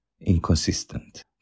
inconsistent